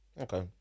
Okay